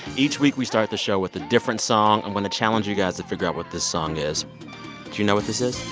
each week, we start the show with a different song. i'm going to challenge you guys to figure out what this song is. do you know what this is?